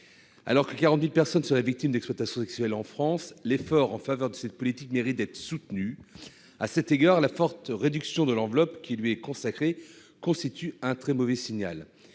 Alors que 40 000 personnes seraient victimes d'exploitation sexuelle en France, l'effort en faveur de cette politique mérite d'être soutenu. La forte réduction de l'enveloppe qui lui est consacrée constitue un très mauvais signal.